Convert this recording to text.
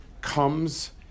comes